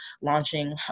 launching